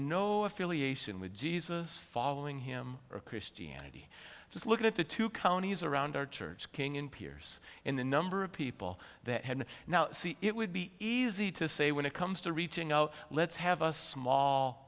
no affiliation with jesus following him or christianity just look at the two counties around our church king in piers in the number of people that had now it would be easy to say when it comes to reaching out let's have a small